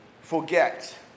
forget